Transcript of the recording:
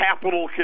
capital